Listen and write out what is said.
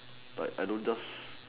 but I don't just